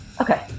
Okay